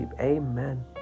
Amen